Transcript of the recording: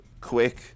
quick